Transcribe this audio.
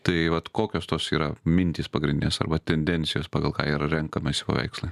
tai vat kokios tos yra mintys pagrindinės arba tendencijos pagal ką yra renkamasi paveikslai